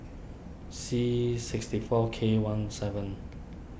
C sixty four K one seven